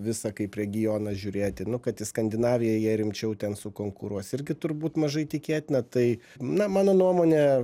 visą kaip regioną žiūrėti nu kad į skandinaviją jie rimčiau ten sukonkuruos irgi turbūt mažai tikėtina tai na mano nuomone